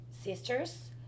sisters